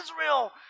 Israel